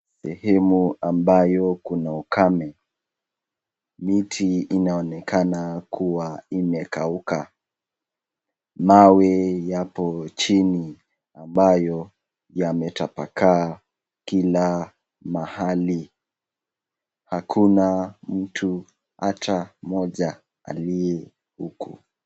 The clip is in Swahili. Sehemu ambayo kuna ukame. Miti inaonekana kuwa imekauka. Mawe yapo chini ambayo yametapakaa kila mahali. Hakuna mtu hata mmoja aliye huku.